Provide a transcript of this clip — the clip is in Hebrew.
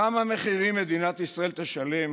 כמה מחירים מדינת ישראל תשלם